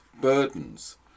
burdens